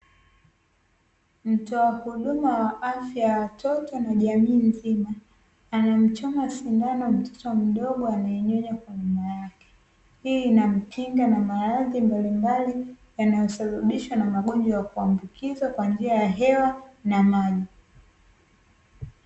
Mtoa huduma wa afya ya watoto na jamii nzima, anamchoma sindano mtoto mdogo anayenyonya kwa mama yake. Hii inamkinga na maradhi mbalimbali yanayo sababishwa na magonjwa ya kuambukizwa kwa njia ya hewa na maji.